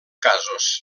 casos